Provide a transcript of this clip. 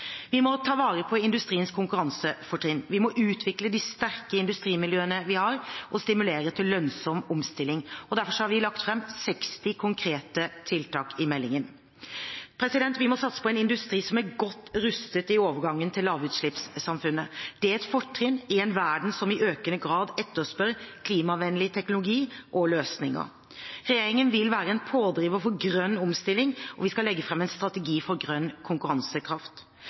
Vi må ta vare på industriens konkurransefortrinn. Vi må utvikle de sterke industrimiljøene vi har, og stimulere til lønnsom omstilling. Derfor har vi lagt fram 60 konkrete tiltak i meldingen. Vi må satse på en industri som er godt rustet i overgangen til lavutslippssamfunnet. Det er et fortrinn i en verden som i økende grad etterspør klimavennlige teknologier og løsninger. Regjeringen vil være en pådriver for grønn omstilling, og vi vil legge fram en strategi for grønn konkurransekraft.